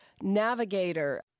Navigator